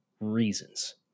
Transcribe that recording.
reasons